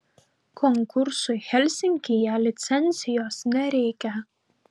konkursui helsinkyje licencijos nereikia